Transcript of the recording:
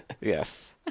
yes